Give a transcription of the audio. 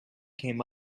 came